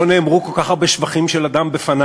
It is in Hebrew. לא נאמרו כל כך הרבה שבחים של אדם בפניו.